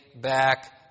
back